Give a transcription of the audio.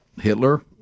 Hitler